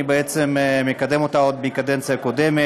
אני בעצם מקדם אותה עוד מהקדנציה הקודמת.